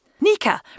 Nika